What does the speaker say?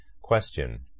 Question